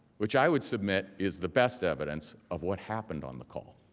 which i would submit is the best evidence of what happened on the call.